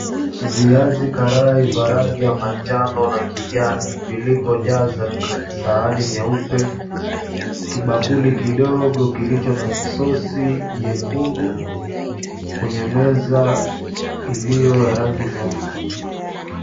Viazi karai, vya rangi ya manjano na kijani vilivyo jaza sahani nyeupe, kibakuli kidogo kilicho na sosi nyekundu kwenye meza iliyo ya rangi nyeupe.